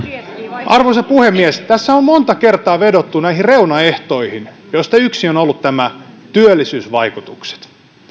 arvoisa puhemies tässä on monta kertaa vedottu näihin reunaehtoihin joista yksi on ollut työllisyysvaikutukset